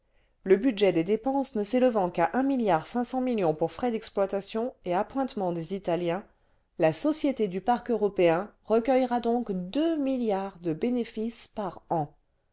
le budget des dépenses ne s'élevant qu'à un milliard cinq cents millions pour frais d'exploitation et appointements des italiens la société du parc européen recueillera donc deux milliards de bénéfice par an